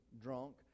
drunk